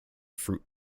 fruit